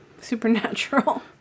Supernatural